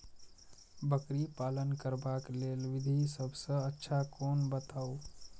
बकरी पालन करबाक लेल विधि सबसँ अच्छा कोन बताउ?